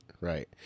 Right